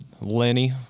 lenny